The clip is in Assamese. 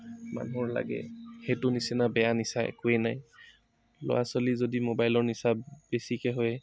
মানুহৰ লাগে সেইটোৰ নিচিনা বেয়া নিচা একোৱেই নাই ল'ৰা ছোৱালী যদি মোবাইলৰ নিচা বেছিকৈ হয়